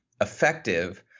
effective